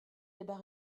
débats